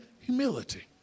Humility